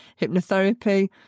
hypnotherapy